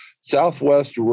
Southwest